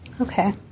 Okay